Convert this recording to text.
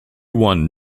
won